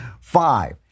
Five